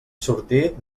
sortit